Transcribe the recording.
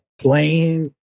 playing